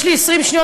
יש לי 20 שניות,